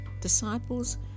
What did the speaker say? disciples